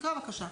תקרא בבקשה.